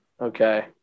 Okay